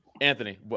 Anthony